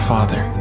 Father